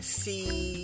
see